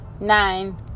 Nine